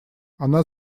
она